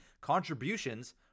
contributions